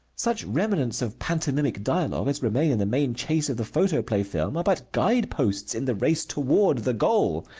such remnants of pantomimic dialogue as remain in the main chase of the photoplay film are but guide-posts in the race toward the goal.